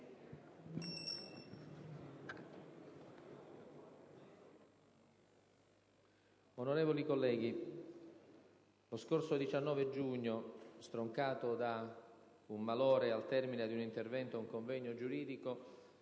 Onorevoli colleghi, lo scorso 19 giugno - stroncato da un malore al termine di un intervento a un convegno giuridico